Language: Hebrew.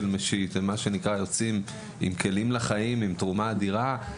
משיט; הם יוצאים עם כלים לחיים ועם תרומה אדירה.